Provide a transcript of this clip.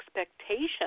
expectation